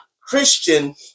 Christian